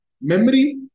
memory